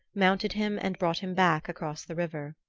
mounted him, and brought him back across the river.